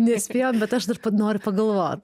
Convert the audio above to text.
nespėjom bet aš dar noriu pagalvot